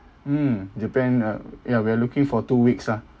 mm japan uh ya we're looking for two weeks ah